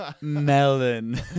melon